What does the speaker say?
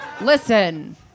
Listen